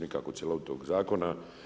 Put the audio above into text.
Nikako cjelovitog zakona.